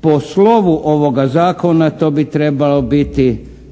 Po slovu ovoga zakona to bi trebalo biti